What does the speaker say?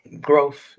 growth